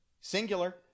Singular